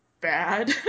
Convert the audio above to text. bad